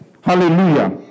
Hallelujah